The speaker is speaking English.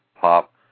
pop